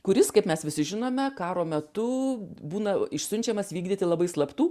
kuris kaip mes visi žinome karo metu būna išsiunčiamas vykdyti labai slaptų